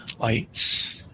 light's